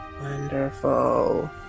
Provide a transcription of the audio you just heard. Wonderful